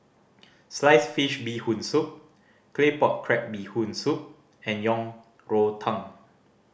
sliced fish Bee Hoon Soup Claypot Crab Bee Hoon Soup and Yang Rou Tang